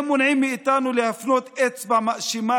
הם מונעים מאיתנו להפנות אצבע מאשימה